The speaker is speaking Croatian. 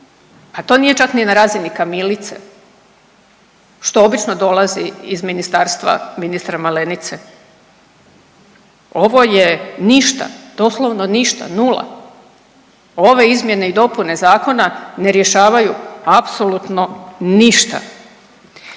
pa to nije čak ni na razini kamilice što obično dolazi iz ministarstva ministra Malenice. Ovo je ništa, doslovno ništa, nula. Ove izmjene i dopune zakona ne rješavaju apsolutno ništa.